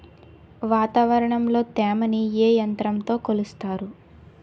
వాతావరణంలో తేమని ఏ యంత్రంతో కొలుస్తారు?